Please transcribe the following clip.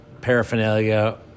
paraphernalia